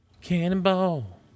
Cannonball